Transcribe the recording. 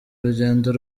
urugendo